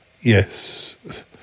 Yes